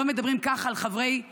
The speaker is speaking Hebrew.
לא מדברים ככה על חברי ליכוד,